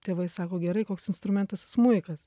tėvai sako gerai koks instrumentas smuikas